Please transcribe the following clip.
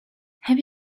have